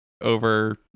over